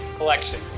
collection